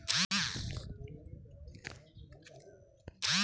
offshore bank में जमा पइसा उ देश क करेंसी होला